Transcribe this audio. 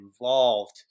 involved